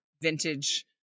vintage